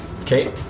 Okay